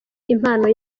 impano